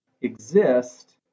exist